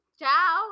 ciao